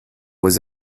was